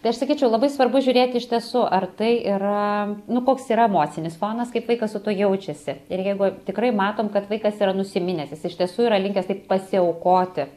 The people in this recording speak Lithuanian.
tai aš sakyčiau labai svarbu žiūrėti iš tiesų ar tai yra nu koks yra emocinis fonas kaip vaikas su tuo jaučiasi ir jeigu tikrai matom kad vaikas yra nusiminęs jis iš tiesų yra linkęs taip pasiaukoti